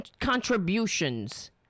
contributions